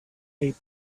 eight